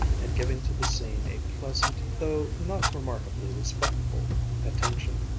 and giving to the scene a pleasant though not remarkably respectful attention.